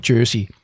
Jersey